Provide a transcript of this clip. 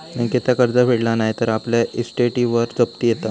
बँकेचा कर्ज फेडला नाय तर आपल्या इस्टेटीवर जप्ती येता